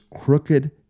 crooked